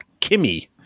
Kimmy